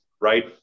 right